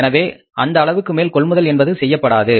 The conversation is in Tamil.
எனவே அந்த அளவுக்கு மேல் கொள்முதல் என்பது செய்யப்படாது